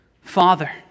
Father